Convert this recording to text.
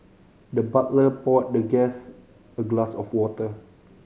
the butler poured the guest a glass of water